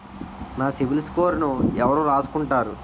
నా సిబిల్ స్కోరును ఎవరు రాసుకుంటారు